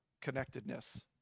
connectedness